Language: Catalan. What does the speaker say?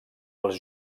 els